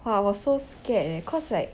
!wah! was so scared leh cause like